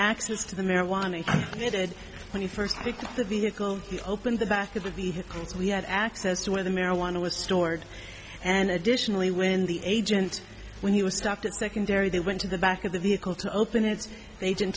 access to the marijuana he did when he first picked up the vehicle he opened the back of the vehicles we had access to where the marijuana was stored and additionally when the agent when he was stopped at secondary they went to the back of the vehicle to open it they didn't